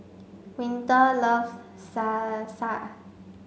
Winter loves Salsa